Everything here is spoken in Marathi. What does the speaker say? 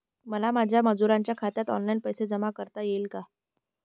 मला माझ्या मजुरांच्या खात्यात ऑनलाइन पैसे जमा करता येतील का?